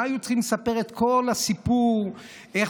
למה היו צריכים לספר את כל הסיפור על איך